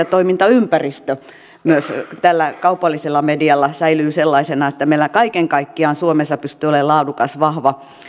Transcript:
toimintaympäristö myös tällä kaupallisella medialla säilyy sellaisena että meillä kaiken kaikkiaan suomessa pystyy olemaan laadukas vahva